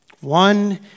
One